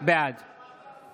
בעד